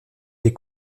des